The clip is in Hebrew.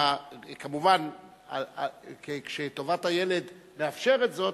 כמובן כשטובת הילד מאפשרת זאת,